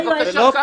זה יועץ משפטי.